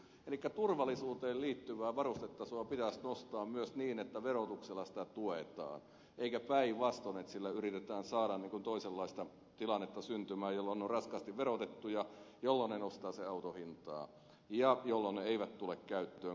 elikkä turvallisuuteen liittyvää varustetasoa pitäisi nostaa niin että verotuksella sitä tuetaan eikä päinvastoin että sillä yritetään saada toisenlaista tilannetta syntymään jolloin ne ovat raskaasti verotettuja jolloin ne nostavat sen auton hintaa ja jolloin ne tulevat käyttöön vasta hitaasti